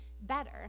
better